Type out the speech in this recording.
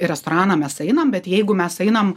į restoraną mes einam bet jeigu mes einam